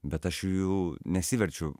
bet aš jų nesiverčiu